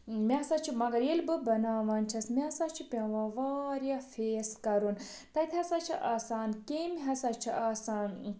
مےٚ ہَسا چھُ مَگَر ییٚلہِ بہٕ بَناوان چھَس مےٚ ہَسا چھُ پٮ۪وان واریاہ فیس کَرُن تَتہِ ہَسا چھ آسان کیٚمۍ ہَسا چھِ آسان